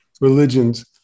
religions